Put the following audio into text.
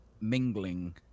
Mingling